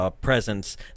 Presence